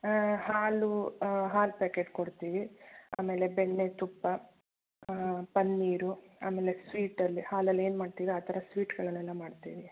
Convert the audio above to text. ಹಾಂ ಹಾಲು ಹಾಲು ಪ್ಯಾಕೆಟ್ ಕೊಡ್ತೀವಿ ಆಮೇಲೆ ಬೆಣ್ಣೆ ತುಪ್ಪ ಪನ್ನೀರು ಆಮೇಲೆ ಸ್ವೀಟಲ್ಲಿ ಹಾಲಲ್ಲಿ ಏನು ಮಾಡ್ತೀರಾ ಆ ಥರ ಸ್ವೀಟ್ಗಳಲ್ಲೆಲ್ಲ ಮಾಡ್ತೀವಿ